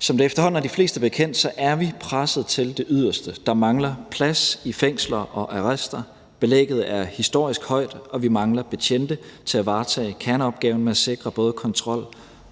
Som det efterhånden er de fleste bekendt, er vi presset til det yderste. Der mangler plads i fængsler og arrester, belægget er historisk højt, og vi mangler betjente til at varetage kerneopgaven med at sikre både kontrol